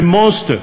זה monster,